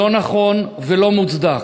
לא נכון ולא מוצדק.